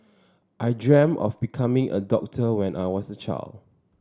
I dreamt of becoming a doctor when I was a child